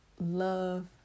love